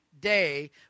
day